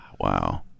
Wow